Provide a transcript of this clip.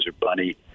bunny